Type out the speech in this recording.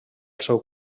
seu